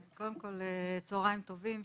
קודם כל, צוהריים טובים.